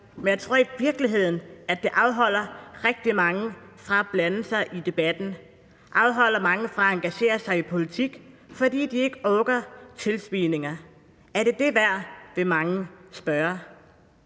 men jeg tror i virkeligheden, at det afholder rigtig mange fra at blande sig i debatten, og det afholder mange fra at engagere sig i politik, fordi de ikke orker tilsvininger. Er det det værd? vil mange spørge.